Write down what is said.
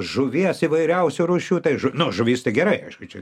žuvies įvairiausių rūšių tai nu žuvis tai gerai aišku čia